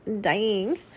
dying